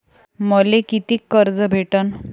मले कितीक कर्ज भेटन?